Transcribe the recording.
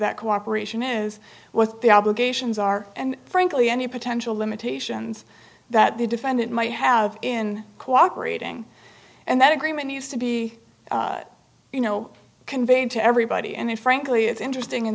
that cooperation is what the obligations are and frankly any potential limitations that the defendant might have in cooperating and that agreement needs to be you know conveyed to everybody and frankly it's interesting in